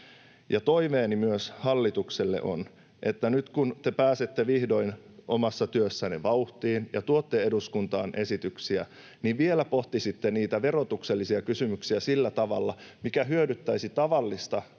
Toiveeni myös hallitukselle on, että nyt, kun te pääsette vihdoin omassa työssänne vauhtiin ja tuotte eduskuntaan esityksiä, vielä pohtisitte niitä verotuksellisia kysymyksiä sillä tavalla, mikä hyödyttäisi tavallista suomalaista